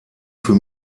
für